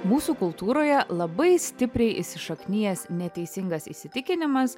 mūsų kultūroje labai stipriai įsišaknijęs neteisingas įsitikinimas